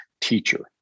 teacher